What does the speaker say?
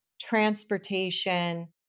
transportation